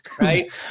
right